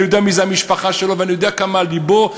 אני יודע מי זאת המשפחה שלו ואני יודע כמה על לבו,